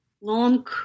long